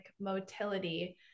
motility